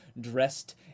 dressed